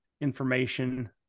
information